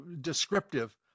descriptive